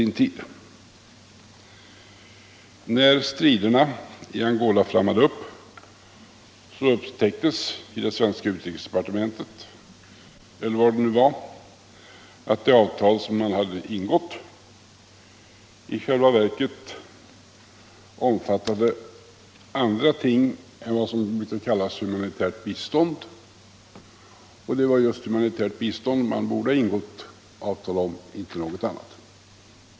När striderna i Angola flammade upptäckte man i det svenska utrikesdepartementet — eller var det nu var —- att det avtal som man hade ingått i själva verket omfattade andra ting än vad som brukar kallas humanitärt bistånd, trots att det var just humanitärt bistånd man borde ha ingått avtal om och ingenting annat.